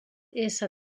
ésser